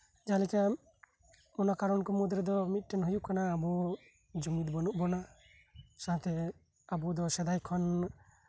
ᱡᱮᱞᱮᱠᱟ ᱚᱱᱟ ᱠᱟᱨᱚᱱ ᱠᱚ ᱢᱩᱫ ᱨᱮᱫᱚ ᱦᱩᱭᱩᱜ ᱠᱟᱱᱟ ᱟᱵᱚ ᱡᱩᱢᱤᱫ ᱵᱟᱹᱱᱩᱜ ᱵᱚᱱᱟ ᱥᱟᱶᱛᱮ ᱥᱮᱫᱟᱭ ᱠᱷᱚᱱ